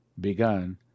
begun